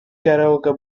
karaoke